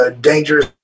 dangerous